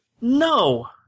No